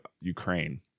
Ukraine